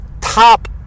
top